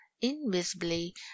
invisibly